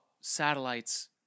satellites